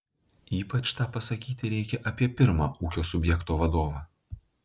ypač tą pasakyti reikia apie pirmą ūkio subjekto vadovą